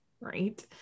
right